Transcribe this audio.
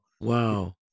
Wow